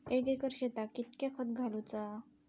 एक एकर शेताक कीतक्या खत घालूचा?